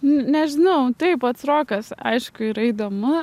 nežinau taip pats rokas aišku yra įdomu